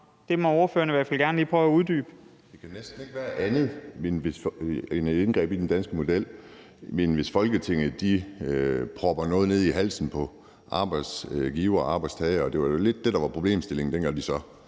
Kim Edberg Andersen (NB): Det kan næsten ikke være andet end et indgreb i den danske model, hvis Folketinget propper noget ned i halsen på arbejdsgiver og arbejdstager, og det var jo lidt det, der var problemstillingen, dengang de så